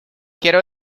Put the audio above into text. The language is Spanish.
quiero